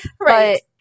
Right